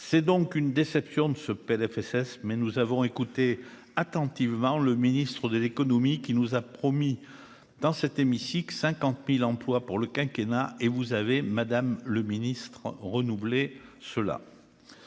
c'est donc une déception de ce Plfss, mais nous avons écouté attentivement le Ministre de l'économie, qui nous a promis, dans cet hémicycle 50000 emplois pour le quinquennat et vous avez, Madame le Ministre, renouveler